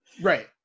right